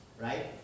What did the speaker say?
right